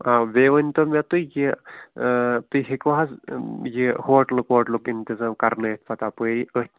آ بیٚیہِ ؤنتو مےٚ تُہۍ یہِ تُہۍ ہٮ۪کوا حظ یہِ ہوٹلُک ووٹلُک اِنتظام کرنٲیِتھ پتہٕ اَپٲری أتھۍ